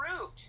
root